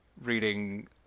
reading